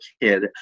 kid